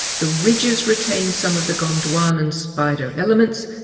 the ridges retain some of the gondwanan spider elements,